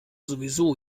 sowieso